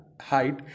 height